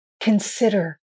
Consider